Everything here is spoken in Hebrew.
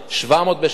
700 בשנה.